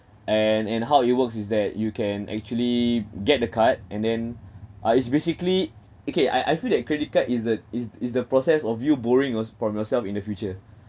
and and how it works is that you can actually get the card and then uh it's basically okay I I feel that credit card is the is is the process of you borrowing was from yourself in the future